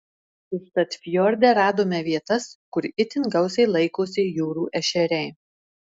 užtat fjorde radome vietas kur itin gausiai laikosi jūrų ešeriai